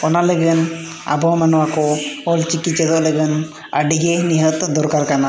ᱚᱱᱟ ᱞᱟᱹᱜᱤᱫ ᱟᱵᱚ ᱢᱟᱱᱚᱣᱟ ᱠᱚ ᱚᱞ ᱪᱤᱠᱤ ᱪᱮᱫᱚᱜ ᱞᱟᱜᱟᱱ ᱟᱹᱰᱤ ᱜᱮ ᱱᱤᱦᱟᱹᱛ ᱫᱚᱨᱠᱟᱨ ᱠᱟᱱᱟ